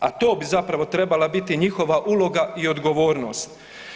A to bi zapravo trebala biti njihova uloga i odgovornost.